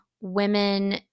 women